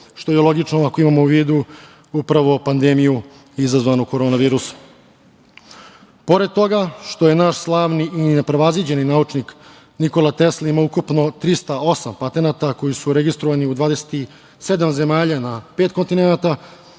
što je i logično ako imamo u vidu upravo pandemiju izazvanu korona virusom. Pored toga što je naš slavni i neprevaziđeni naučnik Nikola Tesla imamo ukupno 308 patenata koji su registrovani u 27 zemalja na pet kontinenata,